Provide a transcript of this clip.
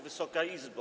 Wysoka Izbo!